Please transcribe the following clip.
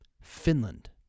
Finland